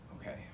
okay